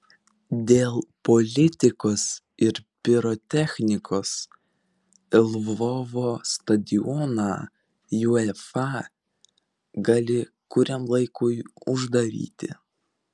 dėl politikos ir pirotechnikos lvovo stadioną uefa gali kuriam laikui uždaryti